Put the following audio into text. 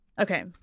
Okay